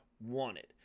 wanted